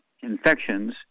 infections